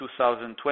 2020